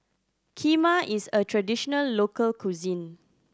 kheema is a traditional local cuisine